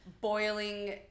boiling